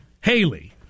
Haley